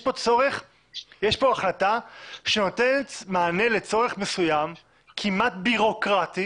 יש פה החלטה שנותנת מענה לצורך מסוים כמעט ביורוקרטי